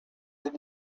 did